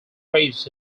race